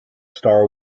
star